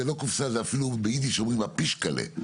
זה אפילו לא קופסה, ביידיש אומרים: פישקלה.